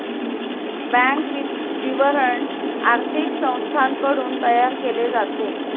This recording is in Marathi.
बँक विवरण आर्थिक संस्थांकडून तयार केले जाते